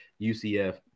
UCF